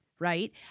Right